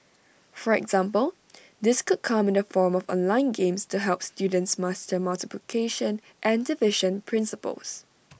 for example this could come in the form of online games to help students master multiplication and division principles